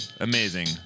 amazing